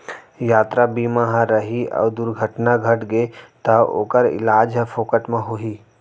यातरा बीमा ह रही अउ दुरघटना घटगे तौ ओकर इलाज ह फोकट म होही